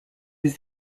was